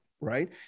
right